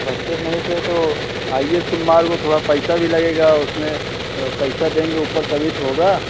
बस्ते में नहीं थे तो आइए फिर माल पैसा भी लगेगा उसमें पैसा देंगे ऊपर तभी तो होगा